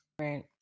Right